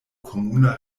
komuna